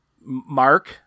Mark